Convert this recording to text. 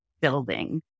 building